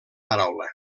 paraula